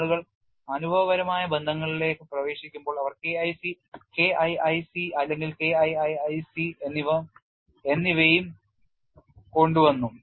ആളുകൾ അനുഭവപരമായ ബന്ധങ്ങളിലേക്ക് പ്രവേശിക്കുമ്പോൾ അവർ K IC K IIC അല്ലെങ്കിൽ K IIIC എന്നിവയും കൊണ്ടുവന്നു